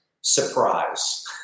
Surprise